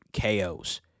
KOs